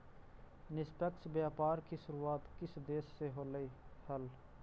निष्पक्ष व्यापार की शुरुआत किस देश से होलई हल